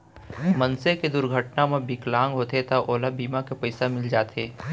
मनसे के दुरघटना म बिकलांग होगे त ओला बीमा के पइसा मिल जाथे